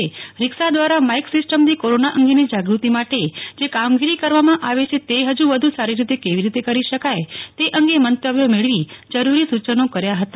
એ rickshaw દ્વારા mike સિસ્ટમથી corona અંગેની જાગૃતિ માટે જે કામગીરી કરવામાં આવે છે તે ફજુ વધુ સારી કેવી રીતે કરી શકાય તે અંગે મંતવ્યો મેળવી જરૂરી સુચનો કર્યા હતા